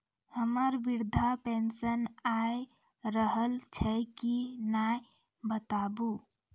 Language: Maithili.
हमर वृद्धा पेंशन आय रहल छै कि नैय बताबू?